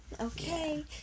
okay